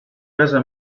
casa